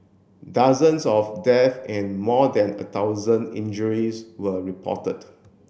dozens of death and more than a thousand injuries were reported